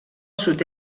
sud